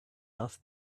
off